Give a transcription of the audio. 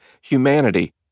humanity